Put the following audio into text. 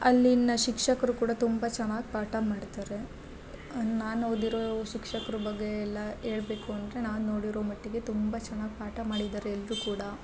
ಅಲ್ಲಿನ ಶಿಕ್ಷಕರು ಕೂಡ ತುಂಬ ಚೆನ್ನಾಗಿ ಪಾಠ ಮಾಡ್ತಾರೆ ನಾನು ಓದಿರೋ ಶಿಕ್ಷಕ್ರ ಬಗ್ಗೆ ಎಲ್ಲ ಹೇಳ್ಬೇಕು ಅಂದರೆ ನಾನು ನೋಡಿರೋ ಮಟ್ಟಿಗೆ ತುಂಬ ಚೆನ್ನಾಗಿ ಪಾಠ ಮಾಡಿದ್ದಾರೆ ಎಲ್ಲರೂ ಕೂಡ